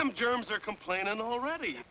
them germs are complaining already